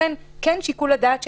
ולכן כן יש כאן שיקול דעת לשוטרים.